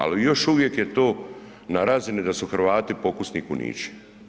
Ali još uvijek je to na razini da su Hrvati pokusni kunići.